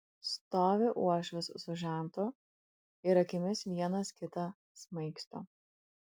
stovi uošvis su žentu ir akimis vienas kitą smaigsto